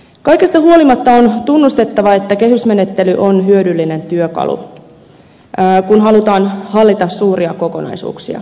kaikesta huolimatta on tunnustettava että kehysmenettely on hyödyllinen työkalu kun halutaan hallita suuria kokonaisuuksia